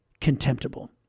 contemptible